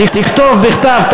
תכתוב בכתב,